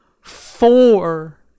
Four